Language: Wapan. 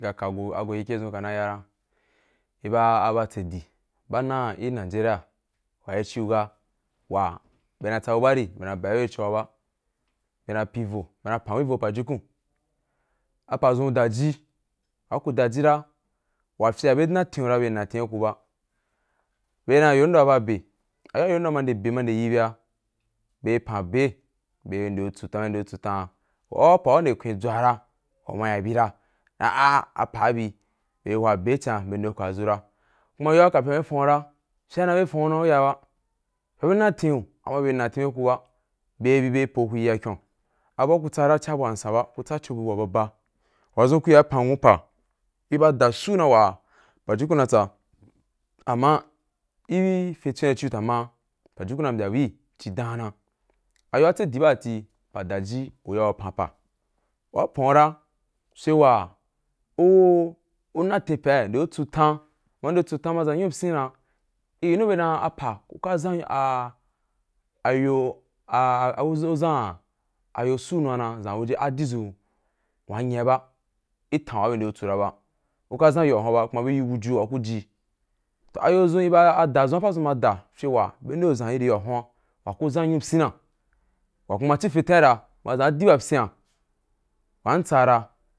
N, ka ka a go ke ken dʒun ka na ya ga. I ba a ba tse di, ba na i nigeria wa i ci’u ga wa bye na tsa bu barí bye na ba be be gi cho’a ba bye na pyi vo bye na pan be ro pajukun. A pa dʒun daji wa ku daji ra, wa fye ‘a bye naten’a gu ra, bye naten’a gu ba, bye dan a yon do wa ba be, a yo a ayondo à nde be nde yi bye ‘a byeri panbe bye nde ku tsu tan, bye nde ku tsu tan. Au pa u nde kwin dʒwa ra uma ya bira ma dan a. a apa’a bi, bye hwa be īn ci ya bye nde gwa dʒu ra, kuma kafia bye fa u ra fye dan bye fan ‘u ku ya na ba, fye’a bye naten’u, amma be naten’a gu ba. Bye bî bye po gu, gu ya kyon’a a bu ku tsara, ci’a bu wa ba ba. Wadʒun ku ri ya pan anwu pa ku yi ba da wa suna wa pajukun na tsa amma gi fin tswen a i ci’o ta ma pajukun na mbya buí ci dan na. A ba tse di ba da ti, a pa da ji, u ya pan pa, u yau pan u ra, fye wa u u n aten pai u nde gu tsu tan, u ma nde tsu ma zan nyu pyina’a i yinu bye dan apa ku ka zan a yo a ku zan a yo su na naa zan waje adī zun wa nyina ba, i tan wa bye ri nde ku tsu ra ba, ku ka zan na ba, kums bye yī gu buju wa ku’ji, toh a yo dʒun i ba ada dʒun a a pa ma da fye wa bye nde zan iri wa yi huan, ku zan nyunu pyina wa kuma a fin tan ra wa idua pyiya, wa an tsara.